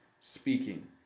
speaking